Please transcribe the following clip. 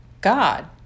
God